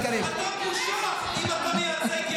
אתה וחבריך.